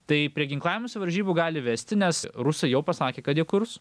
tai prie ginklavimosi varžybų gali vesti nes rusai jau pasakė kad jie kurs